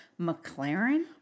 McLaren